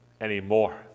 anymore